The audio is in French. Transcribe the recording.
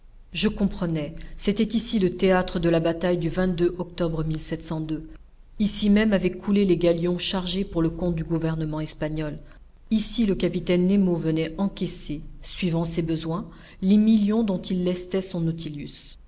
je comprenais c'était ici le théâtre de la bataille du octobre ici même avaient coulé les galions chargés pour le compte du gouvernement espagnol ici le capitaine nemo venait encaisser suivant ses besoins les millions dont il lestait son